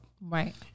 Right